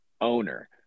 owner